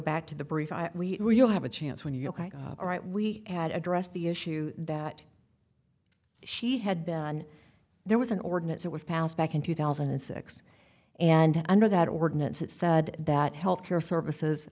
back to the brief we'll have a chance when you are right we had addressed the issue she had been there was an ordinance that was passed back in two thousand and six and under that ordinance it said that health care services